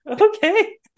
Okay